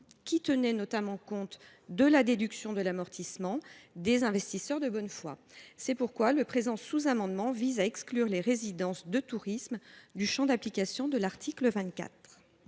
qui tenaient notamment compte de la déduction de l’amortissement. C’est pourquoi le présent sous amendement vise à exclure les résidences de tourisme du champ d’application de l’article 24.